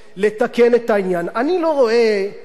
אני לא רואה מה ההתנגדות,